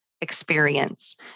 experience